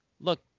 look